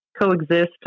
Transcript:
coexist